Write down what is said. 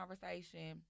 conversation